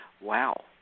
Wow